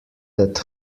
that